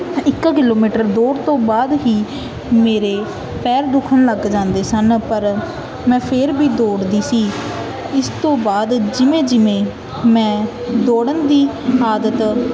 ਇੱਕ ਕਿਲੋਮੀਟਰ ਦੌੜ ਤੋਂ ਬਾਅਦ ਹੀ ਮੇਰੇ ਪੈਰ ਦੁੱਖਣ ਲੱਗ ਜਾਂਦੇ ਸਨ ਪਰ ਮੈਂ ਫੇਰ ਵੀ ਦੌੜਦੀ ਸੀ ਇਸ ਤੋਂ ਬਾਅਦ ਜਿਵੇਂ ਜਿਵੇਂ ਮੈਂ ਦੌੜਨ ਦੀ ਆਦਤ